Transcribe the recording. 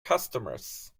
customers